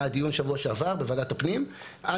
היה דיון בשבוע שעבר בוועדת הפנים על